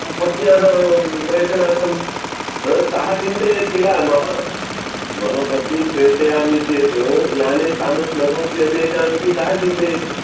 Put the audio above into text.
पत्न्याः प्रेषणार्थं सः चिन्तयेत् किल मम मम पत्नीं प्रेषयामि चेत् याने स्थानं न भवति अन्येषाम् इति सः चिन्तयेत्